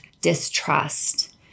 distrust